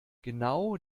genau